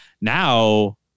Now